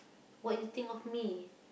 what you think of me